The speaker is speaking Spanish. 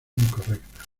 incorrecta